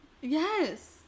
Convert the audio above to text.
Yes